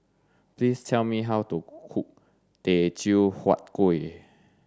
please tell me how to cook teochew huat kueh